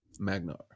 Magnar